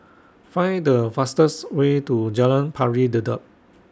Find The fastest Way to Jalan Pari Dedap